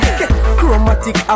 Chromatic